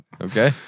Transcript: Okay